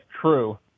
true